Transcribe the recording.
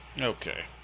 okay